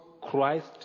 christ